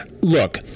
look